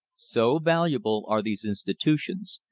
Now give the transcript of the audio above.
so valuable are these institutions,